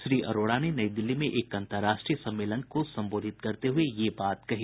श्री अरोड़ा ने नई दिल्ली में एक अन्तर्राष्ट्रीय सम्मेलन को सम्बोधित करते हुए यह बात कही